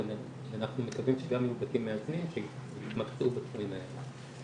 ואנחנו מקווים שיהיו גם בתים מאזנים שיתמקצעו בתחומים האלה.